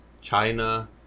China